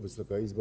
Wysoka Izbo!